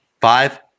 five